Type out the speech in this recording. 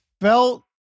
felt